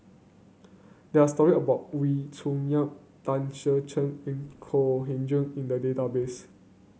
there are story about Wee Cho Yaw Tan Ser Cher and Kok Heng in the database